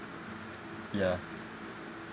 ya